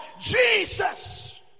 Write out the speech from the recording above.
Jesus